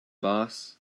boss